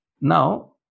Now